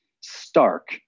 stark